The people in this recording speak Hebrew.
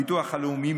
הביטוח הלאומי,